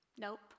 Nope